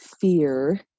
fear